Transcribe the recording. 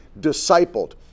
discipled